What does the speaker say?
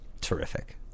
Terrific